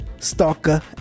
stalker